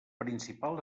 principal